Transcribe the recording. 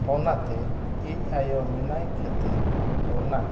ᱚᱱᱟᱛᱮ ᱤᱧ ᱟᱭᱳ ᱢᱮᱱᱟᱭ ᱠᱷᱟᱹᱛᱤᱨ ᱚᱱᱟ